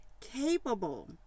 capable